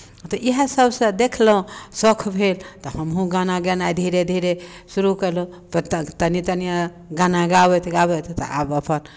तऽ इएह सभसँ देखलहुँ शौक भेल तऽ हमहूँ गाना गेनाइ धीरे धीरे शुरू कयलहुँ तनि तनि गाना गाबैत गाबैत तऽ आब अपन